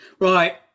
right